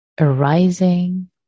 arising